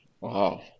Wow